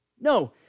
No